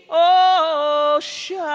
oh, shine